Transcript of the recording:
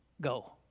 go